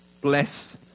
bless